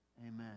Amen